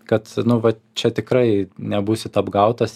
kad nu va čia tikrai nebūsit apgautas